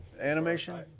animation